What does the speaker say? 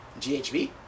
GHB